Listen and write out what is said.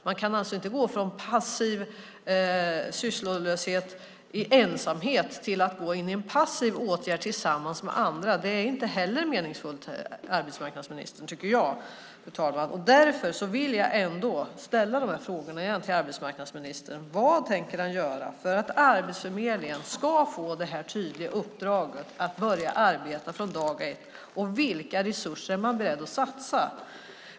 De kan inte gå från passiv sysslolöshet i ensamhet till att gå in i en passiv åtgärd tillsammans med andra. Det tycker jag inte är meningsfullt, arbetsmarknadsministern. Därför vill jag ändå igen ställa frågorna till arbetsmarknadsministern: Vad tänker han göra för att Arbetsförmedlingen får det tydliga uppdraget att börja arbeta från dag ett, och vilka resurser är man beredd att satsa?